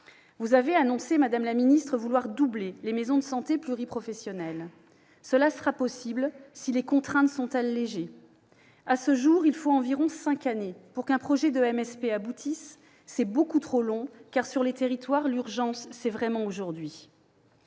vous avez annoncé vouloir doubler les maisons de santé pluriprofessionnelles, les MSP. Cela sera possible si les contraintes sont allégées. À ce jour, il faut environ cinq années pour qu'un projet de MSP aboutisse. C'est beaucoup trop long ; sur les territoires, l'urgence, c'est vraiment aujourd'hui